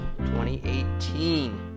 2018